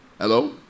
Hello